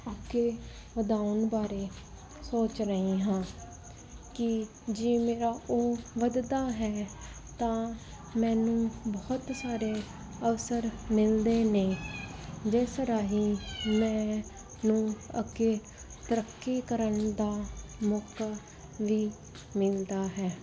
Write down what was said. ਅੱਗੇ ਵਧਾਉਣ ਬਾਰੇ ਸੋਚ ਰਹੀ ਹਾਂ ਕਿ ਜੇ ਮੇਰਾ ਉਹ ਵੱਧਦਾ ਹੈ ਤਾਂ ਮੈਨੂੰ ਬਹੁਤ ਸਾਰੇ ਅਵਸਰ ਮਿਲਦੇ ਨੇ ਜਿਸ ਰਾਹੀਂ ਮੈਂ ਨੂੰ ਅੱਗੇ ਤਰੱਕੀ ਕਰਨ ਦਾ ਮੌਕਾ ਵੀ ਮਿਲਦਾ ਹੈ